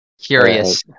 Curious